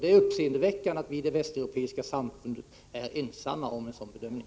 Det är uppseendeväckande att vi i Västeuropa är ensamma om en sådan bedömning.